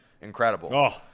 incredible